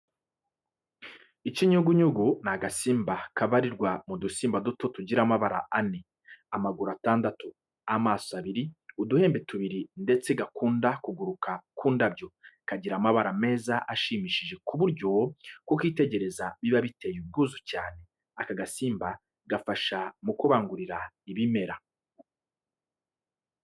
Ikinyugunyugu ni agasimba kabarirwa mu dusimba duto tugira amababa ane, amaguru atandatu, amaso abiri, uduhembe tubiri ndetse gakunda kugurukua ku ndabyo. Kagira amabara meza ashimishije ku buryo kukitegereza biba biteye ubwuzu cyane. Aka gasimba gafasha mu kubangurira ibimera.